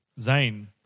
Zane